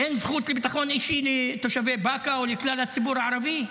אין זכות לביטחון אישי לתושבי באקה או לכלל הציבור הערבי?